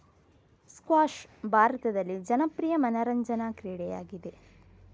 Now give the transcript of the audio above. squash ಭಾರತದಲ್ಲಿ ಜನಪ್ರಿಯ ಮನರಂಜನಾ ಕ್ರೀಡೆಯಾಗಿದೆ